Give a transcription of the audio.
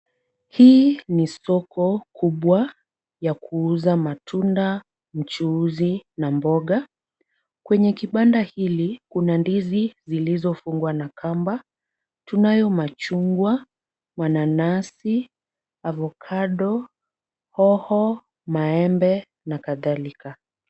Hii ni soko kubwa ya kuuza matunda mchuuzi na mboga, kwenye kibanda hili kuna ndizi zilizofungwa na kamba. Tunayo machungwa, mananasi, avokado, hoho maembe, na kadhalika.